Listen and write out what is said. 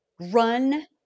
run